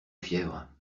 fièvre